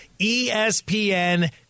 ESPN